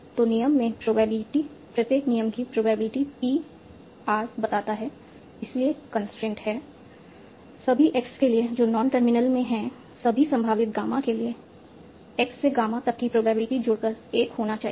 तो नियम में प्रोबेबिलिटी प्रत्येक नियम की प्रोबेबिलिटी P R बताता है इसलिए कंस्ट्रेंट है सभी X के लिए जो नॉन टर्मिनलों में है सभी संभावित गामा के लिए X से गामा तक की प्रोबेबिलिटी जुड़कर 1 होना चाहिए